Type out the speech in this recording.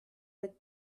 with